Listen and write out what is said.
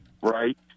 right